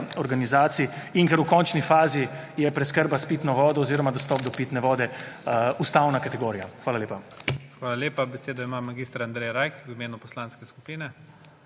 organizacij in ker v končni fazi je preskrba s pitno vodo oziroma dostop do pitne vode ustavna kategorija. Hvala lepa. **PREDSEDNIK IGOR ZORČIČ:** Hvala lepa. Besedo ima mag. Andrej Rajh v imenu poslanske skupine.